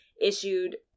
issued